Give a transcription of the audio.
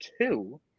two